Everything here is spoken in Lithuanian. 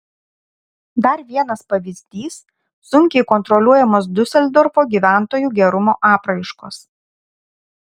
dar vienas pavyzdys sunkiai kontroliuojamos diuseldorfo gyventojų gerumo apraiškos